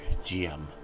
GM